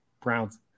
Browns